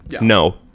No